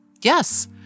Yes